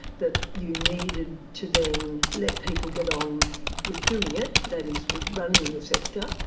that you needed to then let people get on with doing it, that is with running the sector.